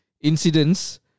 incidents